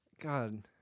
God